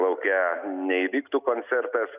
lauke neįvyktų koncertas